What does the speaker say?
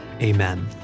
amen